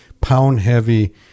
pound-heavy